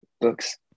books